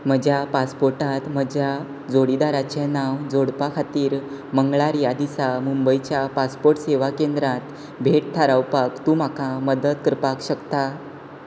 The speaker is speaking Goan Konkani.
म्हज्या पासपोर्टांत म्हज्या जोडीदाराचें नांव जोडपा खातीर मंगळार ह्या दिसा मुंबयच्या पासपोर्ट सेवा केंद्रांत भेट थारावपाक तूं म्हाका मदत करपाक शकता